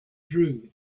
drew